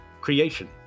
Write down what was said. Creation